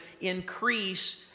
increase